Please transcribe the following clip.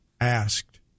asked